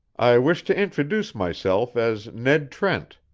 i wish to introduce myself as ned trent,